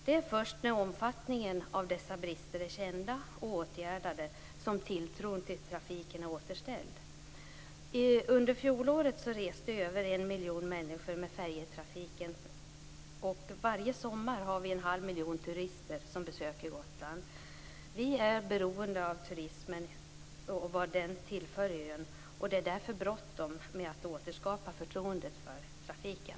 Det är först när dessa brister är kända och åtgärdade som tilltron till trafiken är återställd. Under fjolåret reste över en miljon människor med färjetrafiken. Och varje sommar har vi en halv miljon turister som besöker Gotland. Vi är beroende av turismen och av vad den tillför ön. Det är därför bråttom att återskapa förtroendet för trafiken.